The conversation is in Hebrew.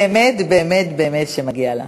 באמת באמת באמת מגיע לה.